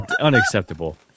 Unacceptable